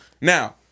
Now